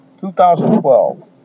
2012